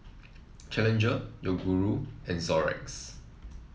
Challenger Yoguru and Xorex